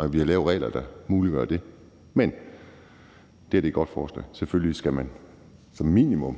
at vi har lavet regler, der muliggør det. Men det her er et godt forslag. Selvfølgelig skal man som minimum